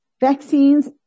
Vaccines